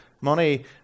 Money